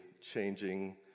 changing